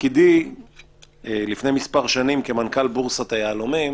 בתפקידי לפני מספר שנים כמנכ"ל בורסת היהלומים